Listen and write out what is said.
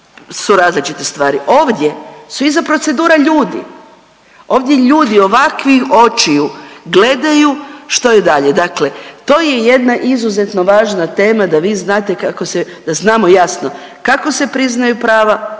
su različite stvari. Ovdje su iza procedura ljudi. Ovdje ljudi ovakvih očiju gledaju što je dalje. Dakle, to je jedna izuzetno važna tema da vi znate kako se, da znamo jasno kako se priznaju prava,